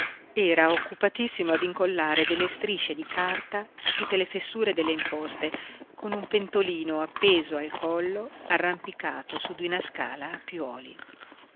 era occupatissimo ad incollare delle striscie di carta a tutte le fessure delle imposte con un pentolino appeso al collo arrampicato su di una scala a piuoli